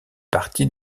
partie